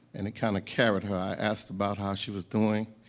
and it kind of carried her. i asked about how she was doing.